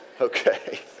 Okay